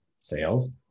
sales